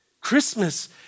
Christmas